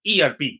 ERP